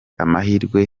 amahirwe